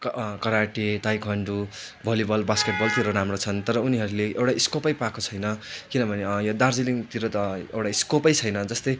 क् karate taekwondo volleyball बासकेटबलतिर राम्रो छन् तर उनीहरूले एउटा स्कोपै पाएको छैन किनभने यहाँ दार्जिलिङतिर त एउटा स्कोपै छैन जस्तै